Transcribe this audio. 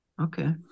Okay